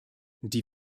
die